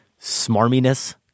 smarminess